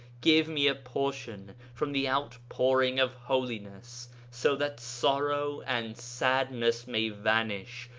give me a portion from the outpouring of holiness, so that sorrow and sadness may vanish,